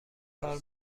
کار